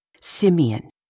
Simeon